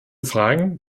fragen